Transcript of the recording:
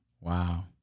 Wow